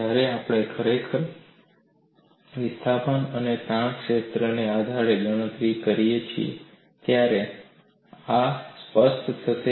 જ્યારે આપણે ખરેખર વિસ્થાપન અને તણાવ ક્ષેત્રના આધારે ગણતરી કરીએ છીએ ત્યારે આ પણ સ્પષ્ટ થશે